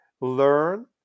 learn